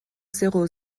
zéro